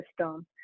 system